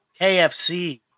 KFC